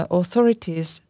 authorities